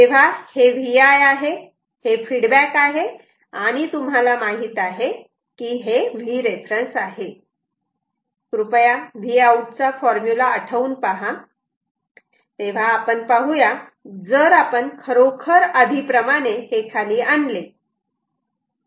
तेव्हा हे Vi आहे हे फीडबॅक आहे आणि तुम्हाला माहित आहे हे Vref आहे कृपया Vout चा फॉर्म्युला आठवून पहा आपण पाहूया जर आपण खरोखर आधी प्रमाणे हे खाली आणले